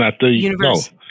universe